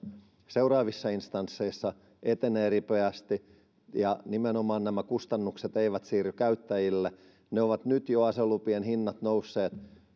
seuraavissa instansseissa etenee ripeästi ja nimenomaan että nämä kustannukset eivät siirry käyttäjille aselupien hinnat ovat nyt jo nousseet